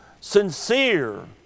sincere